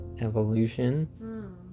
evolution